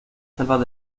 selvas